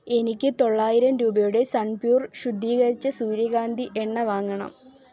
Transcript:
എനിക്ക് തൊള്ളായിരം രൂപയുടെ സാൻപ്യുർ ശുദ്ധീകരിച്ച സൂര്യകാന്തി എണ്ണ വാങ്ങണം